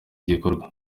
gikorwa